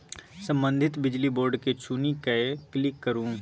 संबंधित बिजली बोर्ड केँ चुनि कए क्लिक करु